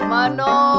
Mano